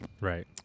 right